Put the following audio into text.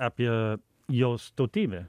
apie jos tautybę